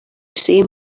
same